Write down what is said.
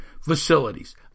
facilities